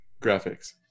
graphics